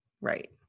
right